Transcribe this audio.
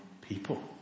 people